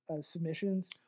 submissions